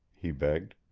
he begged.